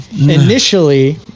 Initially